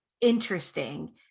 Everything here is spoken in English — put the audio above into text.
interesting